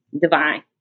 Divine